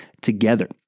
together